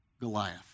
Goliath